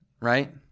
Right